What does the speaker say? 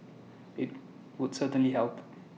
IT would certainly help